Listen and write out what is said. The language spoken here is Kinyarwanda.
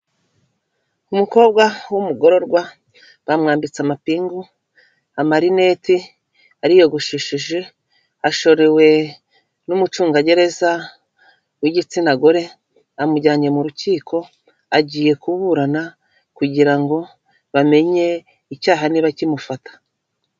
Umukobwa w'umugororwa bamwambitse amapingu, amarinete, ariyogosheshije, ashorewe n'umucungagereza w'igitsina gore, amujyanye mu rukiko agiye kuburana kugira ngo bamenye icyaha niba kimufata.